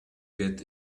get